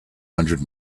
hundred